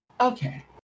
Okay